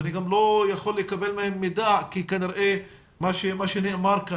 ואני גם לא יכול לקבל מהם מידע כי כנראה מה שנאמר כאן,